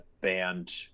band